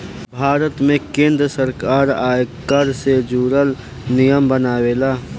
भारत में केंद्र सरकार आयकर से जुरल नियम बनावेला